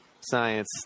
science